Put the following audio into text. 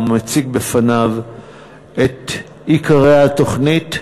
ומציג בפניו את עיקרי התוכנית.